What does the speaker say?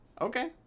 Okay